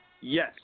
Yes